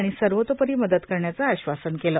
आणि सर्वोतोपरी मदत करण्याचं आश्वासन केलं